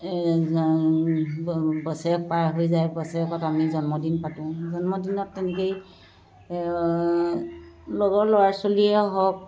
এই বছেৰেক পাৰ হৈ যায় বছেৰেকত আমি জন্মদিন পাতোঁ জন্মদিনত তেনেকৈয়ে লগৰ ল'ৰা ছোৱালীয়ে হওক